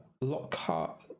Lockhart